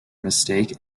mistake